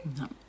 No